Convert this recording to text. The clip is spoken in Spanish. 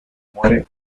muere